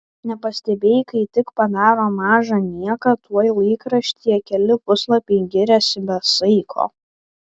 nepastebėjai kai tik padaro mažą nieką tuoj laikraštyje keli puslapiai giriasi be saiko